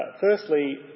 Firstly